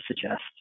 suggest